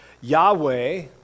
Yahweh